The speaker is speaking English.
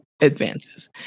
advances